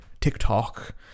TikTok